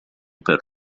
per